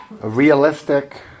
realistic